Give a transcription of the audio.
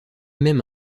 même